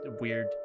weird